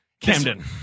Camden